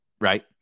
Right